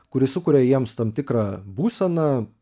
kuri sukuria jiems tam tikrą būseną